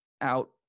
out